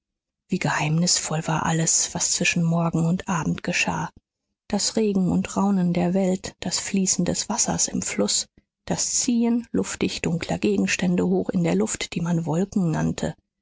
wie geheimnisvoll war alles was zwischen morgen und abend geschah das regen und raunen der welt das fließen des wassers im fluß das ziehen luftig dunkler gegenstände hoch in der luft die man wolken nannte